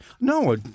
No